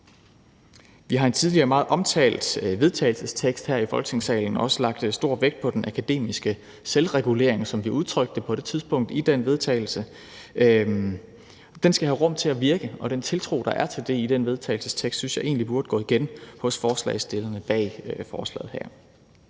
Vi har i en tidligere meget omtalt vedtagelsestekst her i Folketingssalen også lagt stor vægt på den akademiske selvregulering, som vi udtrykte det på det tidspunkt i det forslag til vedtagelse. Den skal have rum til at virke, og den tiltro, der er til det i den vedtagelsestekst, synes jeg egentlig burde gå igen hos forslagsstillerne bag forslaget her.